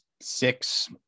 six